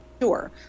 sure